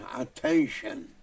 attention